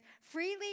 Freely